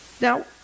Now